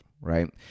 right